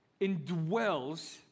indwells